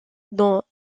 dans